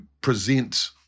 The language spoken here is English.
present